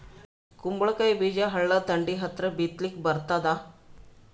ಕುಂಬಳಕಾಯಿ ಬೀಜ ಹಳ್ಳದ ದಂಡಿ ಹತ್ರಾ ಬಿತ್ಲಿಕ ಬರತಾದ?